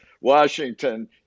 Washington